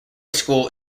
school